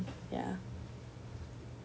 ya